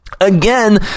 Again